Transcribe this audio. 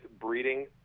breeding